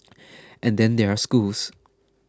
and then there are schools